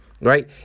Right